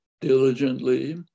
diligently